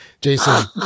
Jason